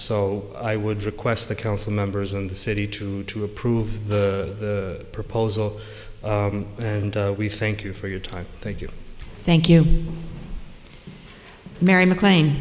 so i would request the council members in the city to to approve the proposal and we thank you for your time thank you thank you mary maclan